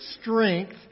strength